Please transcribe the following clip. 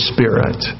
Spirit